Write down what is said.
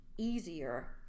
Easier